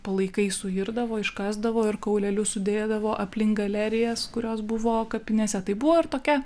palaikai suirdavo iškasdavo ir kaulelius sudėdavo aplink galerijas kurios buvo kapinėse tai buvo ir tokia